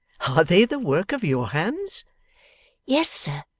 are they the work of your hands yes, sir